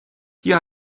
hier